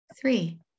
three